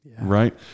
right